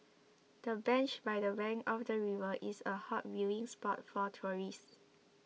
the bench by the bank of the river is a hot viewing spot for tourists